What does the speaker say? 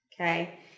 Okay